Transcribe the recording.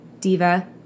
diva